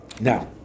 Now